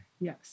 yes